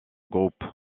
groupe